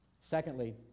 Secondly